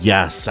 Yes